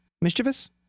Mischievous